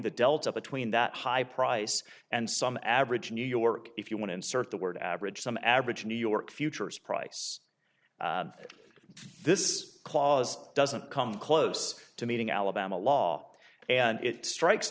the delta between that high price and some average new york if you want to insert the word average some average new york futures price this clause doesn't come close to meeting alabama law and it strikes